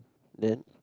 then